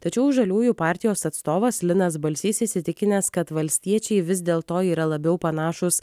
tačiau žaliųjų partijos atstovas linas balsys įsitikinęs kad valstiečiai vis dėl to yra labiau panašūs